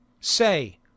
say